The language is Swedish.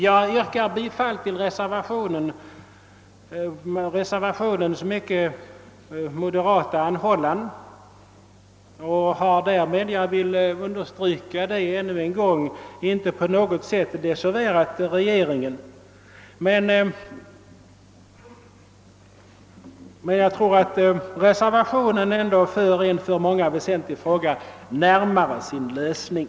Jag yrkar bifall till reservationen med dess mycket moderata anhållan och har därmed — vilket jag ännu en gång vill understryka — inte på något sätt velat desavouera regeringen. Emellertid tror jag att ett bifall till reservationen skulle medverka till att en för många väsentlig fråga bringades närmare sin lösning.